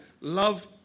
love